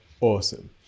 awesome